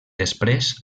després